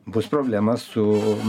bus problema su